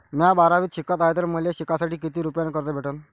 म्या बारावीत शिकत हाय तर मले शिकासाठी किती रुपयान कर्ज भेटन?